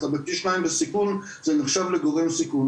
אתה בפי שניים בסיכון וזה נחשב לגורם סיכון.